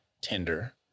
Tinder